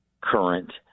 current